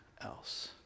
else